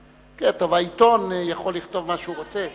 טוב, העיתון יכול לכתוב מה שהוא רוצה.